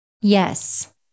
Yes